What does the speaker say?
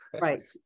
Right